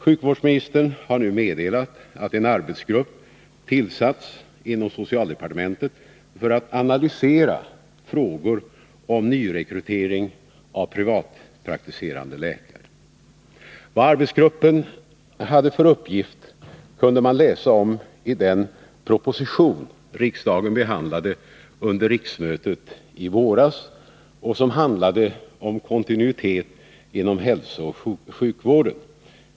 Sjukvårdsministern har nu meddelat att en arbetsgrupp tillsatts inom socialdepartementet för att analysera frågor om nyrekrytering av privatpraktiserande läkare. Vad arbetsgruppen hade för uppgift kunde man läsa om i den proposition riksdagen behandlade under riksmötet i våras och som handlade om kontinuitet inom hälsooch sjukvården.